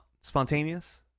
spontaneous